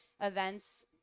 events